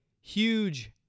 huge